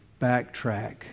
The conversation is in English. backtrack